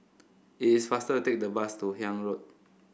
it is faster take the bus to Haig Road